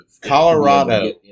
Colorado